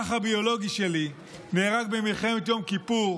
האח הביולוגי שלי נהרג במלחמת יום כיפור